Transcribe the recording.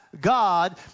God